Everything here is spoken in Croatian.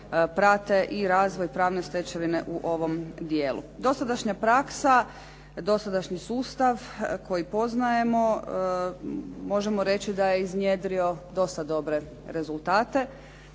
prate i razvoj pravne stečevine u ovom dijelu. Dosadašnja praksa, dosadašnji sustav koji poznajemo možemo reći da je iznjedrio dosta dobre rezultate,